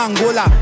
Angola